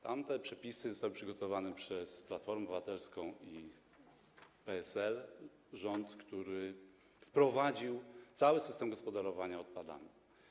Tamte przepisy zostały przygotowane przez Platformę Obywatelską i PSL, rząd, który wprowadził cały system gospodarowania odpadami.